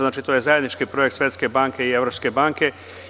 Znači, to je zajednički projekat Svetske banke i Evropske banke.